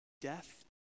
death